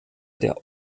der